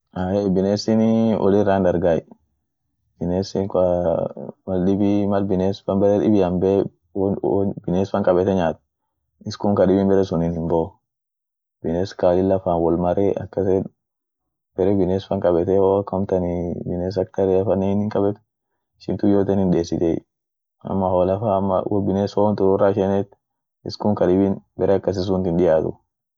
ahey binesinii wolirra hindargay binesin kwaa maldibi mal binesfan bare dibian bee won-won biness fan kabete nyaat iskun kadibin baresuniff himboo, biness ka lilla faan wol marre akasit bare bines fan kabete wo ak amtanii biness ak reafa nenin kabet ishin tuun kullin hindeesitiey ama hola ama wo binessin woin turura isheneet iskun kadibin bare akasi sunt hindiatu.